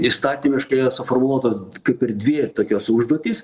įstatymiškai suformuluotos kaip ir dvi tokios užduotys